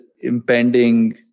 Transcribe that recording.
impending